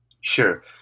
Sure